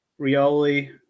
Rioli